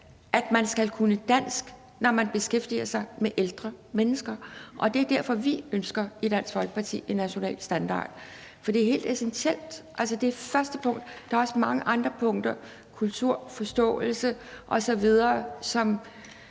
at man skal kunne dansk, når man beskæftiger sig med ældre mennesker, og det er derfor, at vi i Dansk Folkeparti ønsker en national standard. For det er helt essentielt; det er det det første punkt. Der er også mange andre punkter såsom kultur, forståelse osv.,